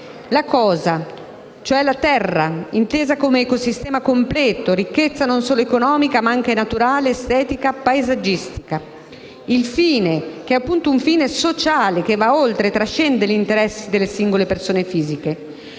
la «cosa», cioè la terra intesa come «ecosistema completo», ricchezza non solo economica, ma anche naturale, estetica e paesaggistica; il fine, che è appunto sociale, va oltre e trascende gli interessi delle singole persone fisiche.